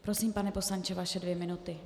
Prosím, pane poslanče, vaše dvě minuty.